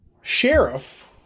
sheriff